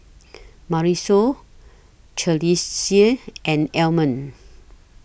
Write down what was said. Marisol and Almond